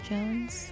Jones